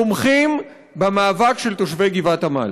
תומכים במאבק של תושבי גבעת עמל.